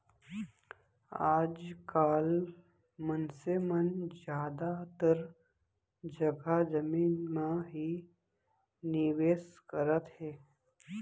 आज काल मनसे मन जादातर जघा जमीन म ही निवेस करत हे